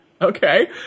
Okay